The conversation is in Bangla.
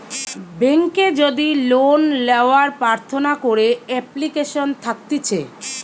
বেংকে যদি লোন লেওয়ার প্রার্থনা করে এপ্লিকেশন থাকতিছে